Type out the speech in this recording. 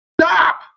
Stop